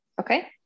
Okay